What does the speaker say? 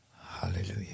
Hallelujah